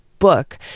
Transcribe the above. book